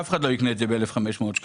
אף אחד לא יקנה את זה ב-1,500 שקלים.